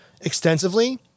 extensively